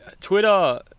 Twitter